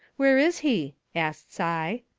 where is he? asts i.